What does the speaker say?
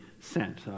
sent